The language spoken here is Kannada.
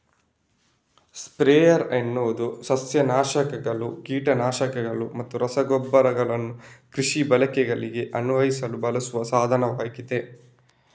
ಸ್ಪ್ರೇಯರ್ ಎನ್ನುವುದು ಸಸ್ಯ ನಾಶಕಗಳು, ಕೀಟ ನಾಶಕಗಳು ಮತ್ತು ರಸಗೊಬ್ಬರಗಳನ್ನು ಕೃಷಿ ಬೆಳೆಗಳಿಗೆ ಅನ್ವಯಿಸಲು ಬಳಸುವ ಸಾಧನವಾಗಿದೆ